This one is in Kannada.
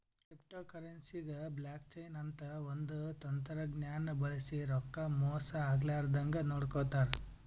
ಕ್ರಿಪ್ಟೋಕರೆನ್ಸಿಗ್ ಬ್ಲಾಕ್ ಚೈನ್ ಅಂತ್ ಒಂದ್ ತಂತಜ್ಞಾನ್ ಬಳ್ಸಿ ರೊಕ್ಕಾ ಮೋಸ್ ಆಗ್ಲರದಂಗ್ ನೋಡ್ಕೋತಾರ್